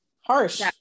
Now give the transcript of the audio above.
harsh